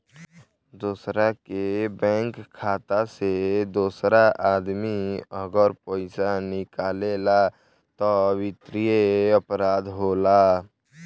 दोसरा के बैंक खाता से दोसर आदमी अगर पइसा निकालेला त वित्तीय अपराध होला